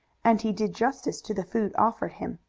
and he did justice to the food offered him.